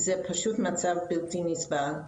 זה פשוט מצב בלתי נסבל.